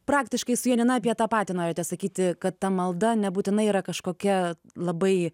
praktiškai su janina apie tą patį norite sakyti kad ta malda nebūtinai yra kažkokia labai